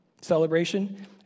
celebration